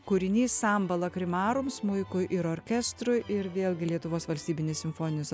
kūrinys sambala krimarum smuikui ir orkestrui ir vėlgi lietuvos valstybinis simfoninis